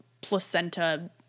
placenta